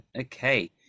okay